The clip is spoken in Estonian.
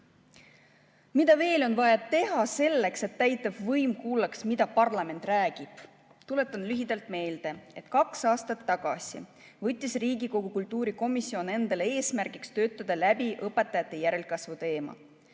Mida on veel vaja teha selleks, et täitevvõim kuulaks, mida parlament räägib? Tuletan lühidalt meelde, et kaks aastat tagasi võttis Riigikogu kultuurikomisjon endale eesmärgiks töötada läbi õpetajate järelkasvu teema.